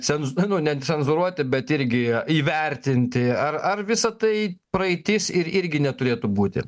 cenz nu netcenzūruoti bet irgi įvertinti ar ar visa tai praeitis ir irgi neturėtų būti